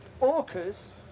orcas